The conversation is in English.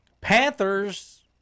Panthers